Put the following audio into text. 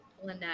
Lynette